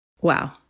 Wow